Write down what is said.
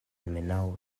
almenaŭ